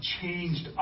changed